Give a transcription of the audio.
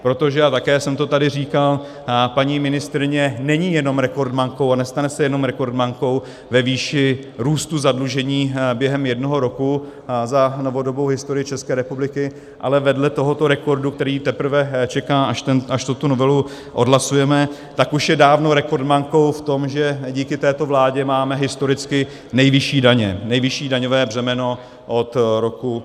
Protože, a také jsem to tady říkal, paní ministryně není jenom rekordmankou a nestane se jenom rekordmankou ve výši růstu zadlužení během jednoho roku za novodobou historii České republiky, ale vedle tohoto rekordu, který teprve čeká, až tuto novelu odhlasujeme, tak už je dávno rekordmankou v tom, že díky této vládě máme historicky nejvyšší daně, nejvyšší daňové břemeno, od roku 1993.